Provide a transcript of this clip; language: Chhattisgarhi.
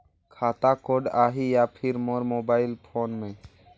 खाता कोड आही या फिर मोर मोबाइल फोन मे?